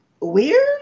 weird